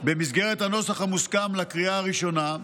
במסגרת הנוסח המוסכם לקריאה הראשונה,